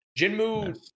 Jinmu